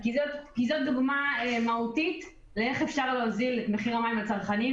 זאת דוגמה מהותית איך אפשר להוזיל את מחיר המים לצרכנים,